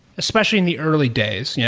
especially in the early days. yeah